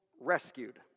rescued